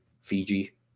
fiji